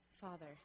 Father